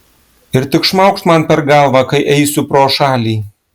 ir tik šmaukšt man per galvą kai eisiu pro šalį